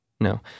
no